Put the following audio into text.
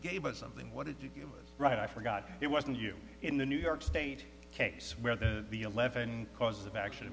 gave us something what did you get right i forgot it wasn't you in the new york state case where the eleven cause of action